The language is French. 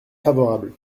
favorable